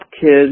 kids